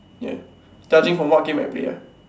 ya judging from what game I play ah